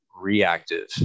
reactive